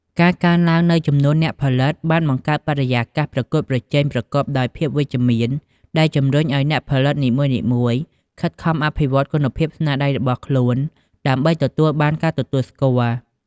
ការកើនឡើងនូវចំនួនអ្នកផលិត បានបង្កើតបរិយាកាសប្រកួតប្រជែងប្រកបដោយភាពវិជ្ជមាន ដែលជំរុញឱ្យអ្នកផលិតនីមួយៗខិតខំអភិវឌ្ឍគុណភាពស្នាដៃរបស់ខ្លួន ដើម្បីទទួលបានការទទួលស្គាល់។